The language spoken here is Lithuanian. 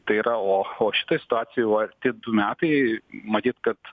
tai yra oho šitoj situacijoj vat arti du metai matyt kad